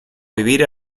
vivir